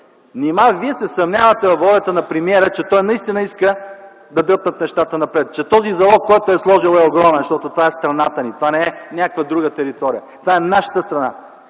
Нима Вие се съмнявате във волята на премиера, че той наистина иска да дръпнат нещата напред, че този залог, който е сложил, е огромен? Защото това е страната ни, това не е някаква друга територия. Това е нашата страна